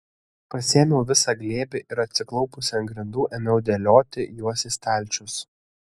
pasiėmiau visą glėbį ir atsiklaupusi ant grindų ėmiau dėlioti juos į stalčius